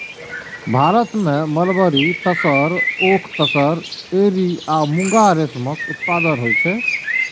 भारत मे mulberry, tasar, oak tasar, eri आ मूंगा रेशमक उत्पादन होइ छै